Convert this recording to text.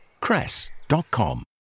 Cress.com